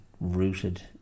rooted